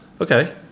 okay